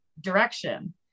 direction